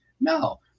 no